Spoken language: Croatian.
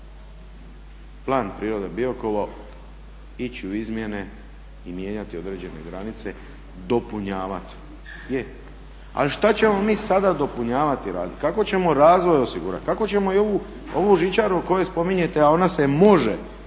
Plan prirode Biokovo ići u izmjene i mijenjati određene granice, dopunjavati. Je, ali šta ćemo mi sada dopunjavati, kako ćemo razvoj osigurati? Kako ćemo i ovu žičaru koju spominjete a ona se može